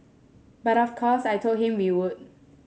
but of course I told him we would